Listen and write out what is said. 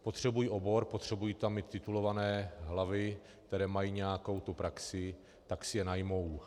Potřebují obor, potřebují tam mít titulované hlavy, které mají nějakou tu praxi, tak si je najmou.